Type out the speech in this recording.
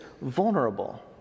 vulnerable